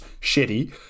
shitty